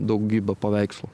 daugybė paveikslų